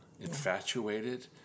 infatuated